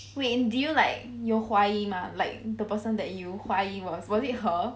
wait did you like 有怀疑 mah like the person that you 怀疑 was was it her